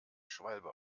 schwalbe